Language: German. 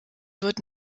wird